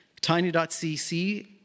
tiny.cc